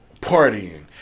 partying